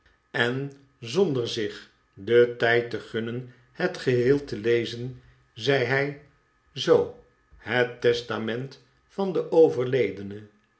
en zonder zich den tijd te gunnen het geheel te lezen zei hij zoo het testament van de overledene